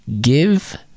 Give